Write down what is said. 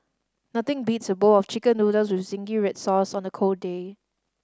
nothing beats a bowl of Chicken Noodles with zingy red sauce on a cold day